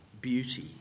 beauty